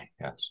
Yes